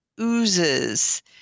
oozes